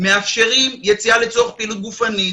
מאפשרים יציאה לצורך פעילות גופנית,